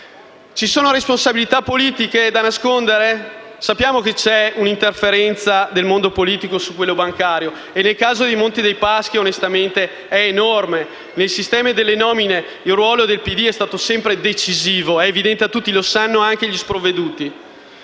Ci sono responsabilità politiche da nascondere? Sappiamo che c'è un'interferenza del mondo politico in quello bancario e nel caso del Monte dei Paschi è enorme: nel sistema delle nomine il ruolo del PD è stato sempre decisivo, è evidente a tutti, lo sanno anche gli sprovveduti.